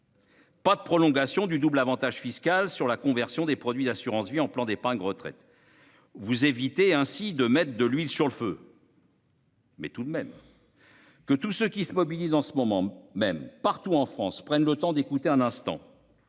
Pas de prolongation du double Avantage fiscal sur la conversion des produits d'assurance-vie en plan d'épargne retraite. Vous évitez ainsi de mettre de l'huile sur le feu. Mais tout de même. Que tous ceux qui se mobilisent en ce moment même partout en France prenne le temps d'écouter un instant.